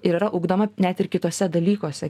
ir yra ugdoma net ir kituose dalykuose